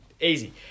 easy